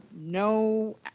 no